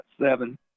seven